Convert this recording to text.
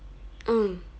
mm